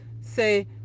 say